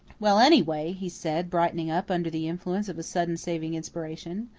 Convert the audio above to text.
well, anyway, he said, brightening up under the influence of a sudden saving inspiration.